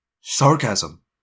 Sarcasm